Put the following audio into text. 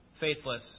faithless